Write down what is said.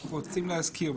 רוצים להזכיר,